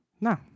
No